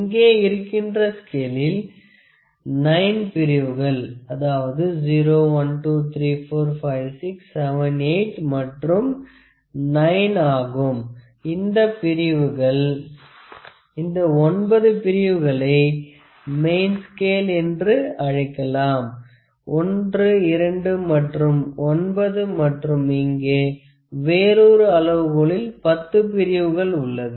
இங்கே இருக்கின்ற ஸ்கேலில் 9 பிரிவுகள் 012345678மற்றும் 9 ஆகும் இந்த 9 பிரிவுகளை மெயின் ஸ்கேல் என்று அழைக்கலாம் 1 2 மற்றும் 9 மற்றும் இங்கே வேறொரு அளவு கோலில் 10 பிரிவுகள் உள்ளது